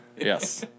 Yes